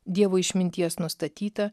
dievo išminties nustatyta